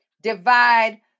divide